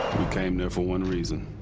we came there for one reason,